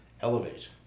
elevate